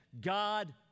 God